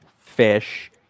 fish